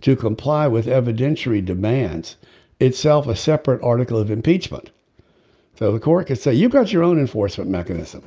to comply with evidentiary demands itself a separate article of impeachment. for the caucus. so you got your own enforcement mechanism.